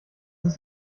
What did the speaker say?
ist